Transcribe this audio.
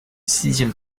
sixième